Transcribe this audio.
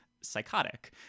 psychotic